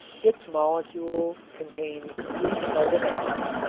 its molecule contains three carbon atoms,